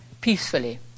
peacefully